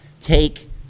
take